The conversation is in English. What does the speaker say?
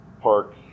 park